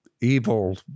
evil